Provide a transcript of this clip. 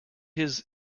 his